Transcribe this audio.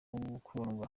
gukundwa